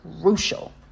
crucial